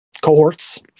cohorts